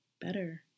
better